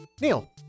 Neil